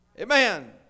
Amen